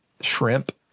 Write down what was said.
shrimp